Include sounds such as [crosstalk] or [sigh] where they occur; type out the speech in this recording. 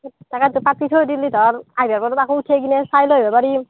তাকেটো কাটি থৈ দিলি ধৰ [unintelligible] চাই লৈ আহিব পাৰিম